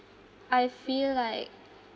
I feel like